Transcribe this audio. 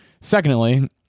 Secondly